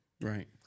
Right